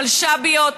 המלש"ביות,